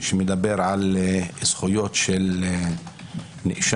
שמדבר על זכויות של נאשם,